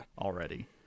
already